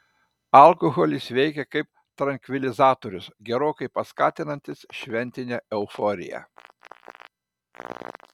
alkoholis veikia kaip trankvilizatorius gerokai paskatinantis šventinę euforiją